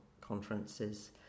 conferences